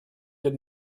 did